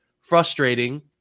frustrating